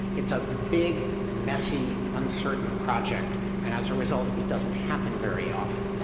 it's a big, messy, uncertain project and as a result it doesn't happen very often.